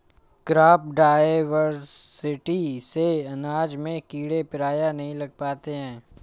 crop diversity से अनाज में कीड़े प्रायः नहीं लग पाते हैं